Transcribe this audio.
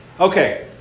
Okay